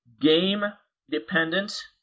game-dependent